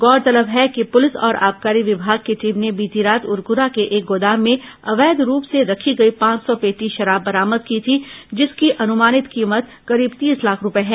गौरतलब है कि पुलिस और आबकारी विमाग की टीम ने बीती रात उरकुरा के एक गोदाम में अवैध रूप से रखी गई पांच सौ पेटी शराब बरामद की थी जिसकी अनुमानित कीमत करीब तीस लाख रूपये है